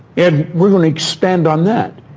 and we're going to expand on that.